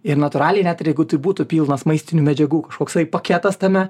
ir natūraliai net ir jeigu tai būtų pilnas maistinių medžiagų kažkoksai paketas tame